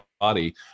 body